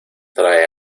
trae